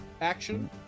action